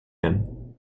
him